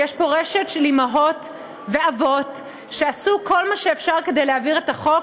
ויש פה רשת של אימהות ואבות שעשו כל מה שאפשר כדי להעביר את החוק,